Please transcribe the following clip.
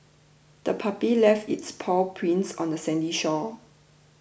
the puppy left its paw prints on the sandy shore